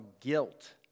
guilt